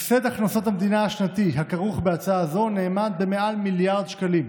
הפסד הכנסות המדינה השנתי הכרוך בהצעה זו נאמד ביותר ממיליארד שקלים.